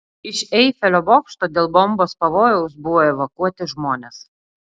iš eifelio bokšto dėl bombos pavojaus buvo evakuoti žmonės